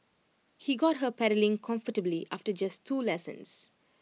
he got her pedalling comfortably after just two lessons